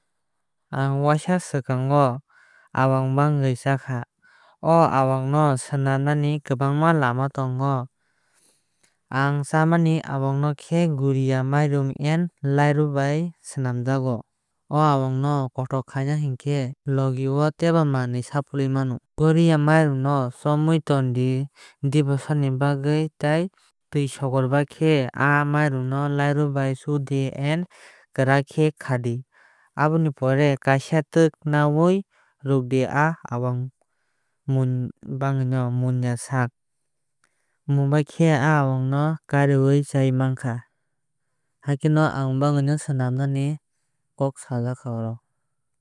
Ang kisa swkang aawang bangwi chakha. O awang no swnamnani kwbaang ma lama tongo. Aang chamani aawang no khe gwriya mairum tei lairu bwlai bai swnamjao. O aawang no kothok khai na bagwi logiyo kwbangma manwui daluigui mano. Guriya marum no chaimui tongdi diporsa ni bagwi tei aboni pore bini tui sakarui khibidi. Tui sakarbaikhai aa mairum no lairu bwlai o chudi tei kwrak khe khadi. Aboni pore kaaisa twk naui rukdi aa awaang bangui no munyasa. Munbai khe aa aawang no karwui chai mankha. Haikhe no awaang bangwui swnamnani kok sajagkha.